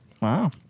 Wow